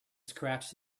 scratched